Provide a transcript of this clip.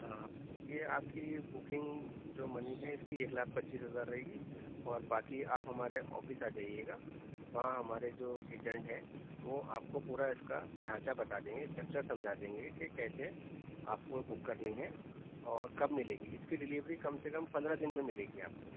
ہاں یہ آپ کی بکنگ جو منی ہے ایک لاکھ پچیس ہزار رہے گی اور باقی آپ ہمارے آفس آ جائیے گا وہاں ہمارے جو ایجینٹ ہیں وہ آپ کو پورا اس کا ڈھانچہ بتا دیں گے اسٹرکچر سمجھا دیں گے کہ کیسے آپ کو بک کرنی ہے اور کب ملے گی اس کی ڈلیوری کم سے کم پندرہ دن میں ملے گی آپ کو